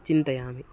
चिन्तयामि